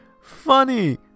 funny